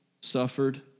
suffered